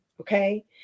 okay